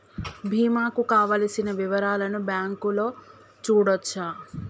బీమా కు కావలసిన వివరాలను బ్యాంకులో చూడొచ్చా?